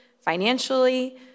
financially